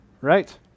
right